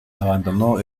abandonó